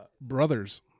brothers